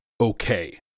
okay